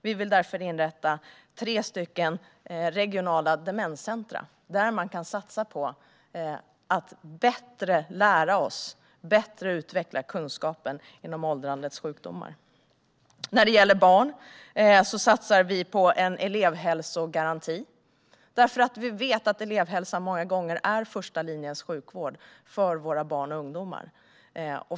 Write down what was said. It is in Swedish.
Vi vill därför inrätta tre regionala demenscentrum, där man kan satsa på att lära sig mer och utveckla kunskapen om åldrandets sjukdomar. När det gäller barn satsar vi på en elevhälsogaranti. Vi vet nämligen att elevhälsan många gånger är första linjens sjukvård för våra barn och ungdomar.